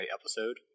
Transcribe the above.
episode